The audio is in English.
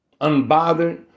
Unbothered